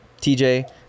TJ